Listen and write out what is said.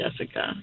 Jessica